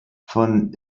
von